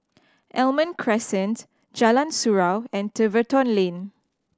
Almond Crescent Jalan Surau and Tiverton Lane